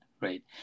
right